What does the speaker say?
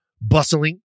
bustling